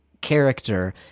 character